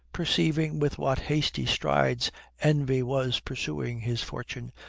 perceiving with what hasty strides envy was pursuing his fortune,